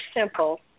simple